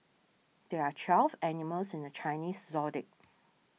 there are twelve animals in the Chinese zodiac